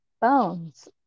bones